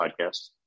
Podcast